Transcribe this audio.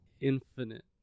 infinite